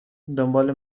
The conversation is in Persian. دنبال